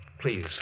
Please